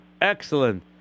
Excellent